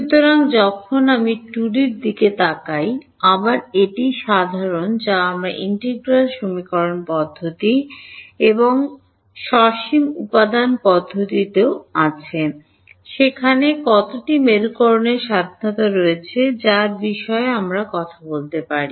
সুতরাং যখন আমরা 2 ডি তাকান আবার এটি সাধারণ যা আমরা ইন্টিগ্রাল সমীকরণ পদ্ধতি এবং সসীম উপাদান পদ্ধতিতেও করেছি সেখানে কতটি মেরুকরণের স্বাধীনতা রয়েছে যার বিষয়ে আমরা কথা বলতে পারি